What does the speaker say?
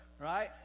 right